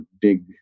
big